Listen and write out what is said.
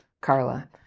Carla